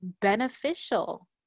beneficial